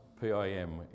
PIM